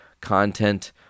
content